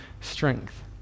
strength